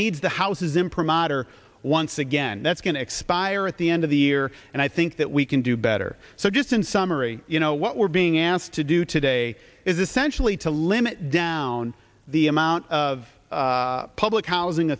needs the house is imprimatur once again that's going to expire at the end of the year and i think that we can do better so just in summary you know what we're being asked to do today is essentially to limit down the amount of public housing